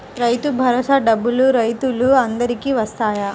రైతు భరోసా డబ్బులు రైతులు అందరికి వస్తాయా?